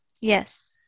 Yes